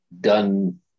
done